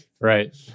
right